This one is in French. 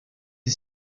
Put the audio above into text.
est